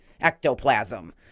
ectoplasm